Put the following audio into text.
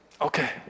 okay